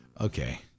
Okay